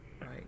Right